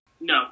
No